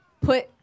put